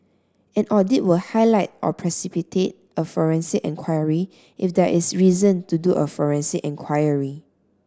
an audit will highlight or precipitate a forensic enquiry if there is reason to do a forensic enquiry